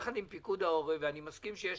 ביחד עם פיקוד העורף ואני מסכים שיש